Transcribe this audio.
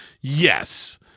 yes